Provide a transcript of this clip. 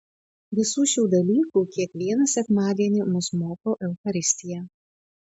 visų šių dalykų kiekvieną sekmadienį mus moko eucharistija